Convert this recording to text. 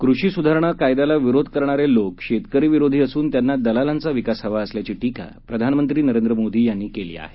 कृषी सुधारणा कायद्याला विरोध करणारे लोक शेतकरीविरोधी असून त्यांना दलालांचा विकास हवा असल्याची टीका प्रधानमंत्री नरेंद्र मोदी यांनी केली आहे